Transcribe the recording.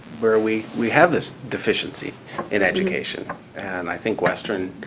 where we we have this deficiency in education, and i think western